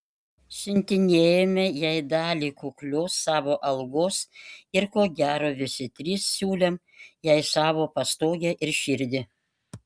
siuntinėjome jai dalį kuklios savo algos ir ko gero visi trys siūlėm jai savo pastogę ir širdį